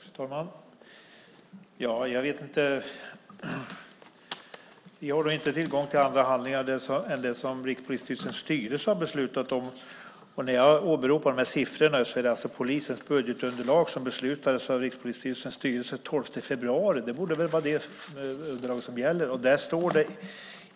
Fru talman! Jag vet inte; vi har inte tillgång till andra handlingar än det som Rikspolisstyrelsens styrelse har beslutat om. När jag åberopar siffrorna här är det fråga om polisens budgetunderlag som beslutades av Rikspolisstyrelsens styrelse den 12 februari. Det borde väl vara det underlag som gäller.